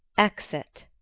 exit